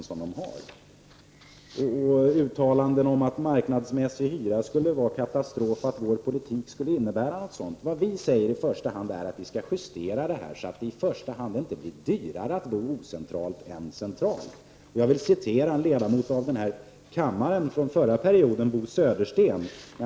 Så till uttalandena om att marknadsmässig hyra skulle vara en katastrof och att moderat politik skulle innebära detta. Det vi säger är att man i första hand skall justera det hela så att det inte blir dyrare att bo ocentralt än centralt. Jag vill citera en ledamot av kammaren under den förra perioden, Bo Södersten.